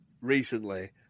recently